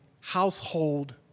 household